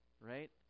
right